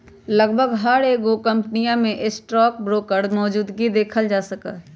लगभग हर एगो कम्पनीया में स्टाक ब्रोकर मौजूदगी देखल जा सका हई